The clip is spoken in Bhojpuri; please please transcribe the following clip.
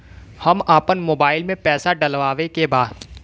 हम आपन मोबाइल में पैसा डलवावे के बा?